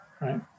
right